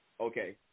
okay